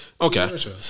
Okay